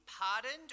pardoned